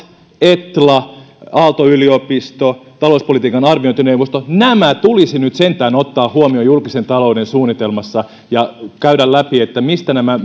etla aalto yliopisto talouspolitiikan arviointineuvosto nämä tulisi nyt sentään ottaa huomioon julkisen talouden suunnitelmassa ja käydä läpi mistä nämä